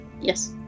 Yes